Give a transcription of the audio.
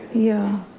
yeah,